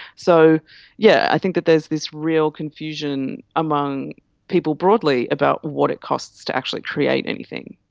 so yeah i think that there is this real confusion among people broadly about what it costs to actually create anything.